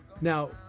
now